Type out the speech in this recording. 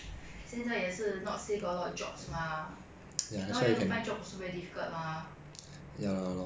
现在也是 not say got a lot of jobs mah ya now you want to find job also very difficult mah